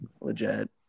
legit